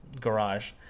garage